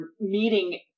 meeting